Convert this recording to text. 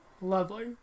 Lovely